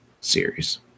series